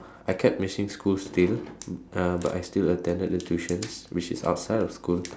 I kept missing school still uh but I still attended the tuitions which is outside of school